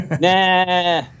Nah